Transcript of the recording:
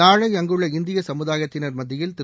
நாளை அங்குள்ள இந்திய சமுதாயத்தினர் மத்தியில் திரு